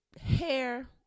Hair